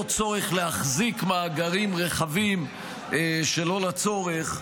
צורך להחזיק מאגרים רחבים שלא לצורך,